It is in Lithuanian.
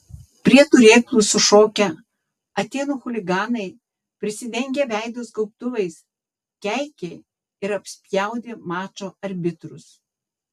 prie turėklų sušokę atėnų chuliganai prisidengę veidus gaubtuvais keikė ir apspjaudė mačo arbitrus